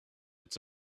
its